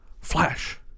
flash